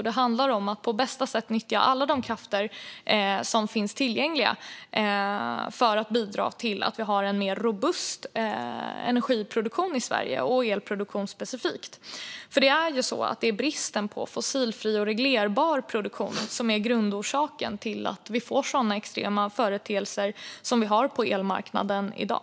Det handlar om att på bästa sätt nyttja alla de kraftslag som finns tillgängliga för att bidra till att vi har en mer robust energiproduktion - och specifikt elproduktion - i Sverige. Det är ju så att det är bristen på fossilfri och reglerbar produktion som är grundorsaken till att vi får sådana extrema företeelser som vi har på elmarknaden i dag.